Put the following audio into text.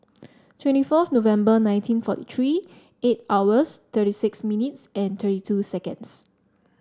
twenty four November nineteen forty three eight hours thirty six minutes and thirty two seconds